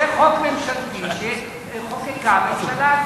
זה חוק ממשלתי שחוקקה הממשלה,